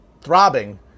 throbbing